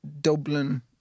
Dublin